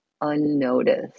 unnoticed